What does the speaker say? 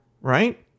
right